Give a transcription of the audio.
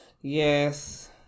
yes